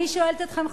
אני שואלת אתכם,